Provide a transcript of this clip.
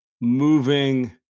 moving